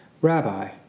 Rabbi